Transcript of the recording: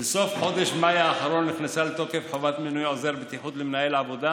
בסוף חודש מאי האחרון נכנסה לתוקף חובת מינוי עוזר בטיחות למנהל עבודה